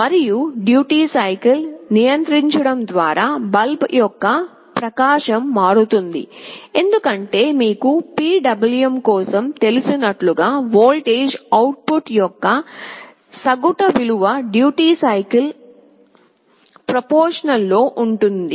మరియు duty cycle నియంత్రించడం ద్వారా బల్బ్ యొక్క ప్రకాశం మారుతుంది ఎందుకంటే మీకు PWM కోసం తెలిసినట్లుగా వోల్టేజ్ అవుట్ పుట్ యొక్క సగటు విలువ డ్యూటీ సైకిల్ అనులోమానుపాతం లో ఉంటుంది